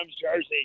jersey